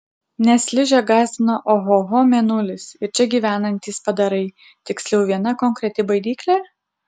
nes ližę gąsdino ohoho mėnulis ir čia gyvenantys padarai tiksliau viena konkreti baidyklė